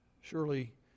surely